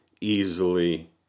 easily